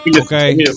Okay